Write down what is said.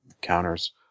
counters